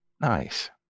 Nice